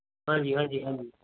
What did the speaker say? ਹਾਂਜੀ ਹਾਂਜੀ ਹਾਂਜੀ